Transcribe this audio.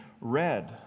read